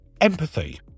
empathy